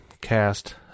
Cast